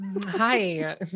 hi